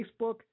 Facebook